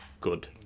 good